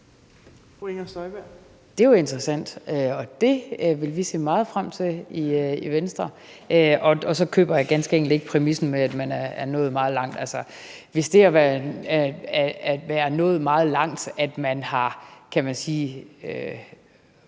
Det er jo interessant. Det vil vi se meget frem til i Venstre. Og så køber jeg ganske enkelt ikke præmissen om, at man er nået meget langt. Hvis det er at være nået meget langt, at man har – hvad skal man sige